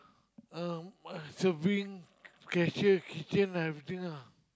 um serving cashier kitchen everything ah